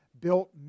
built